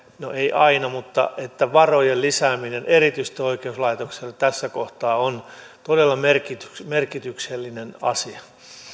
no ei aina mutta varojen lisääminen erityisesti oikeuslaitokselle tässä kohtaa on todella merkityksellinen asia